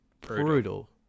brutal